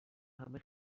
همه